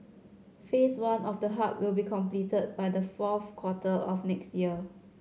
Phase One of the hub will be completed by the fourth quarter of next year